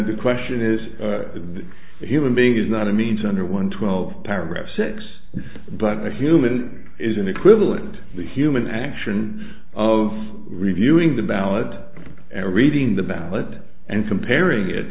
to question is a human being is not a means under one twelve paragraph six but a human is an equivalent of the human action of reviewing the ballot and reading the ballot and comparing it